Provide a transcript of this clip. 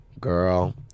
girl